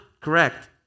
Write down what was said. correct